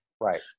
Right